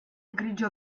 grigio